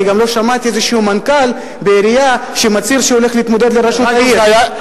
גם לא שמעתי איזה מנכ"ל בעירייה שמצהיר שהוא הולך להתמודד לראשות העיר.